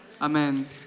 Amen